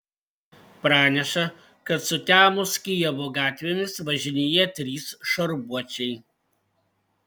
praneša kad sutemus kijevo gatvėmis važinėja trys šarvuočiai